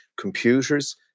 computers